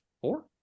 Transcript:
Four